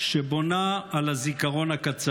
שבונה על הזיכרון הקצר.